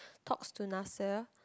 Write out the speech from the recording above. talks to Nasser